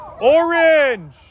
Orange